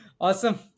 awesome